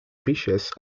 richesses